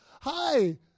hi